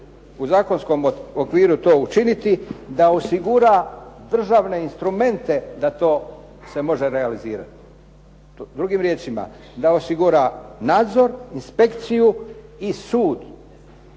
u zakonskom okviru to učiniti, da osigura državne instrumente da to se može realizirati. Drugim riječima, da osigura nadzor, inspekciju i sud.